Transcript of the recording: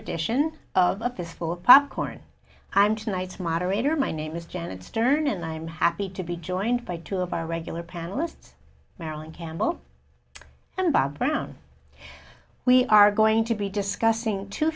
edition of a fistful of popcorn i'm tonight's moderator my name is janet stern and i'm happy to be joined by two of our regular panelists marilyn campbell and bob brown we are going to be discussing two